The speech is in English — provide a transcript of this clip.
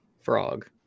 frog